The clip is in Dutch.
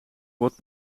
wordt